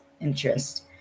interest